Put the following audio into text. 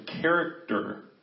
character